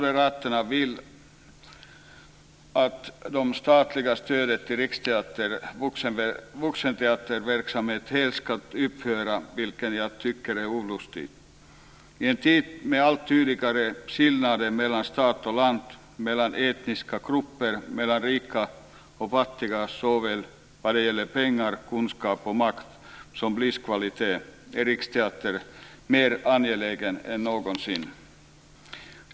De vill att det statliga stödet till Riksteaterns vuxenteaterverksamhet helt ska upphöra, vilket jag tycker är olustigt. I en tid med allt tydligare skillnader mellan stad och land, mellan olika etniska grupper samt mellan rika och fattiga såväl vad gäller pengar, kunskap och makt som vad gäller livskvalitet är Riksteatern mer angelägen än någonsin.